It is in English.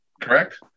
Correct